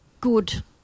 good